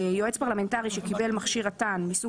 יועץ פרלמנטרי שקיבל מכשיר רט"ן מסוג